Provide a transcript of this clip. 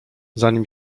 zanim